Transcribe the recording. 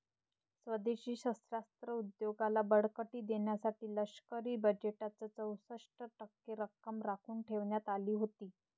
स्वदेशी शस्त्रास्त्र उद्योगाला बळकटी देण्यासाठी लष्करी बजेटच्या चौसष्ट टक्के रक्कम राखून ठेवण्यात आली होती